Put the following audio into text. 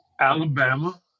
Alabama